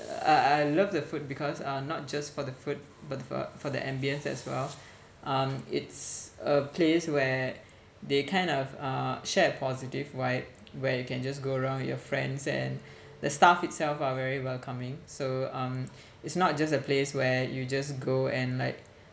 I I love the food because uh not just for the food but for for the ambience as well um it's a place where they kind of uh share a positive vibe where you can just go around with your friends and the staff itself are very welcoming so um it's not just a place where you just go and like